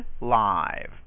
live